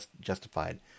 justified